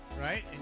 right